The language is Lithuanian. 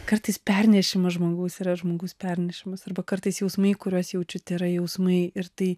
kartais pernešimas žmogaus yra žmogus pernišamas arba kartais jausmai kuriuos jaučiu tėra jausmai ir tai